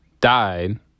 died